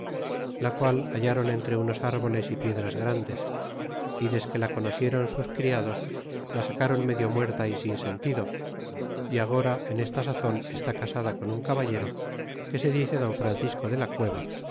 la qual hallron entre unos árboles y piedras grandes y desque la conocieron sus criados la sacron medio muerta y sin sentido y agora en esta sazon está casada con un caballero que se dice don francisco de la cueva